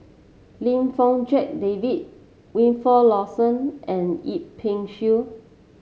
Lim Fong Jack David Wilfed Lawson and Yip Pin Xiu